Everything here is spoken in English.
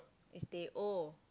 is teh O